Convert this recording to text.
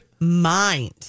mind